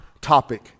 topic